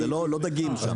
לא דגים שם.